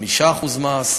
5% מס.